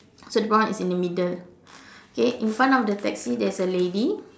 so the brown is in the middle okay in front of the taxi there is a lady